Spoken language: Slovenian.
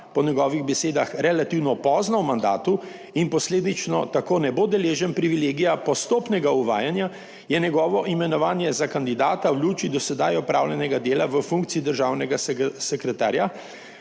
po njegovih besedah relativno pozno v mandatu in posledično tako ne bo deležen privilegija postopnega uvajanja, je njegovo imenovanje za kandidata v luči do sedaj opravljenega dela v funkciji državnega sekretarja,